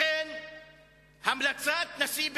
לכן המלצת נשיא בית-המשפט: